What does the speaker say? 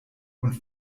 und